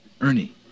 Ernie